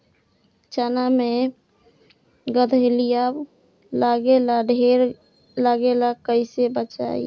चना मै गधयीलवा लागे ला ढेर लागेला कईसे बचाई?